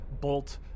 bolt